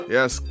Yes